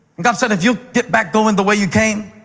god said, if you'll get back going the way you came,